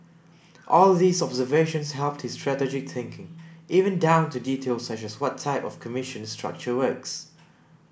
all these observations helped his strategic thinking even down to details such as what type of commission structure works